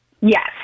Yes